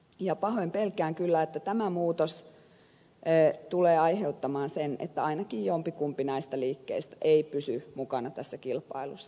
ja pahoin kyllä pelkään että tämä muutos tulee aiheuttamaan sen että ainakaan jompikumpi näistä liikkeistä ei pysy mukana tässä kilpailussa